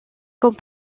comme